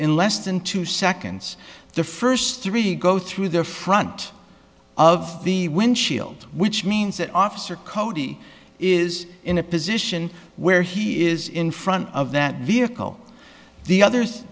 in less than two seconds the first three go through the front of the windshield which means that officer cody is in a position where he is in front of that vehicle the others